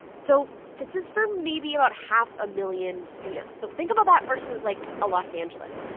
so this is for maybe about half a million students. so think about that versus, like, a los angeles,